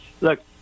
Look